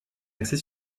axée